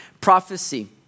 prophecy